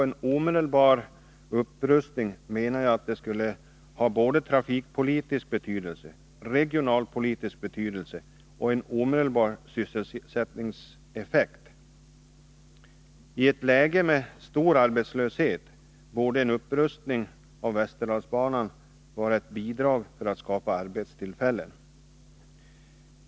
En omedelbar upprustning skulle enligt min mening få både trafikpolitisk och regionalpolitisk betydelse och samtidigt ge en omedelbar sysselsättningseffekt. I ett läge med stor arbetslöshet borde en upprustning av västerdalsbanan vara ett bidrag för att skapa arbetstillfällen.